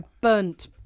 burnt